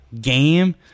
game